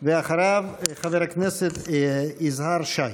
ואחריו, חבר הכנסת יזהר שי.